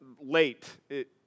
late